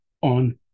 on